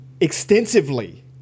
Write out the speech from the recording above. extensively